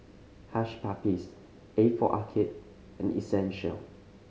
Hush Puppies A for Arcade and Essential